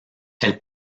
elle